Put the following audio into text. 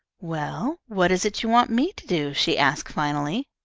well, what is it you want me to do? she asked, finally.